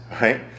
right